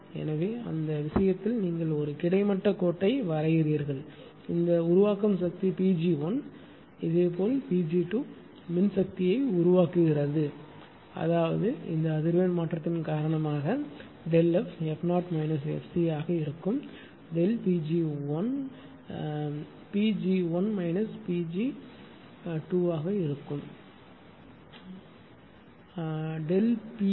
எனவே அந்த விஷயத்தில் நீங்கள் ஒரு கிடைமட்ட கோட்டை வரைகிறீர்கள் இந்த உருவாக்கும் சக்தி Pg1 இதேபோல் Pg2மின்சக்தியை உருவாக்குகிறது அதாவது இந்த அதிர்வெண் மாற்றத்தின் காரணமாக ΔF f0 fc ஆக இருக்கும் Pg1 will Pg1 Pg1